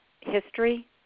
history